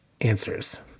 answers